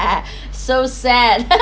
so sad